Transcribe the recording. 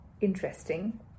interesting